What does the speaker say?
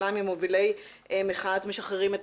ממובילי מחאת משחררים את